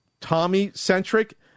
Tommy-centric